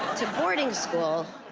to boarding school.